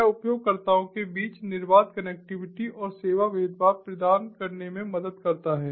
यह उपयोगकर्ताओं के बीच निर्बाध कनेक्टिविटी और सेवा भेदभाव प्रदान करने में मदद करता है